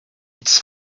its